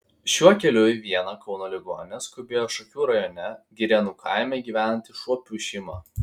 šiuo keliu į vieną kauno ligoninę skubėjo šakių rajone girėnų kaime gyvenanti šuopių šeima